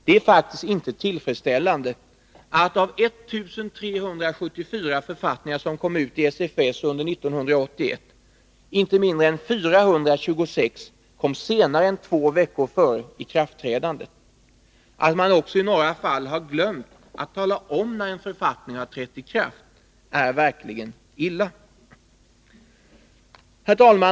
Det är inte tillfredsställande att av 1374 författningar som kom ut i SFS under 1981 inte mindre än 426 kom senare än två veckor före ikraftträdandet. Att man i några fall också har glömt att tala om när en författning trätt i kraft är verkligen illa. Herr talman!